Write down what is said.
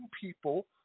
people